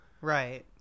Right